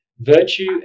virtue